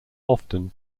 often